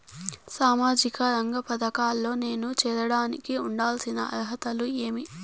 సామాజిక రంగ పథకాల్లో నేను చేరడానికి ఉండాల్సిన అర్హతలు ఏమి?